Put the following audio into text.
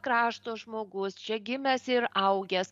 krašto žmogus čia gimęs ir augęs